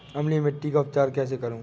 अम्लीय मिट्टी का उपचार कैसे करूँ?